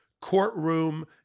courtroom